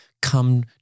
come